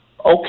Okay